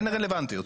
אין רלוונטיות.